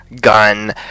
gun